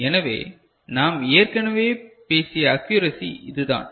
எனவே நாம் ஏற்கனவே பேசிய அக்கியுரசி இதுதான்